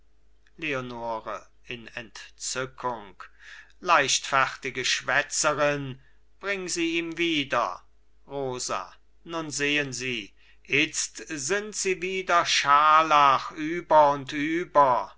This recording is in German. leonore in entzückung leichtfertige schwätzerin bring sie ihm wieder rosa nun sehen sie itzt sind sie wieder scharlach über und über